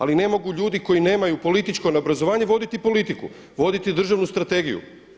Ali ne mogu ljudi koji nemaju političko obrazovanje voditi politiku, voditi državnu strategiju.